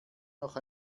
noch